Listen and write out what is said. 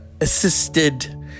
assisted